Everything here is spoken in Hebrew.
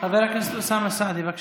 חבר הכנסת אוסאמה סעדי, בבקשה.